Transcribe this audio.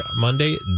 Monday